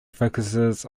focuses